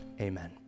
Amen